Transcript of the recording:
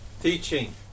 Teaching